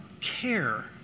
care